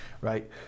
right